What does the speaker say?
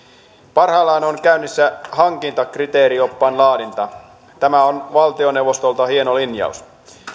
parhaillaan on käynnissä hankintakriteerioppaan laadinta tämä on valtioneuvostolta hieno linjaus